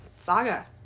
saga